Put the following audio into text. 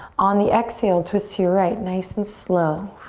on the exhale, twist to your right, nice and slow.